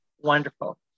Wonderful